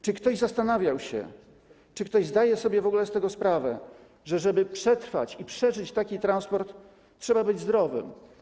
Czy ktoś zastanawiał się, czy ktoś zdaje sobie w ogóle z tego sprawę, że aby przetrwać i przeżyć taki transport, trzeba być zdrowym?